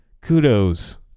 Kudos